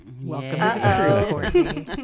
Welcome